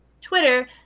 Twitter